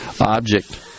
object